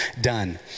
done